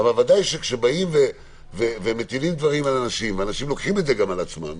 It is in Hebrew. ודאי שכשבאים ומטילים דברים על אנשים גם אנשים לוקחים את זה על עצמם